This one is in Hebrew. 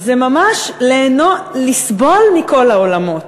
זה ממש לסבול מכל העולמות,